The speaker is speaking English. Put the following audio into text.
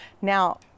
Now